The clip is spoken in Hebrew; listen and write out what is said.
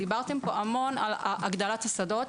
דיברתם פה המון על הגדלת השדות,